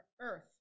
Earth